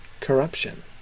corruption